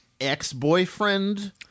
ex-boyfriend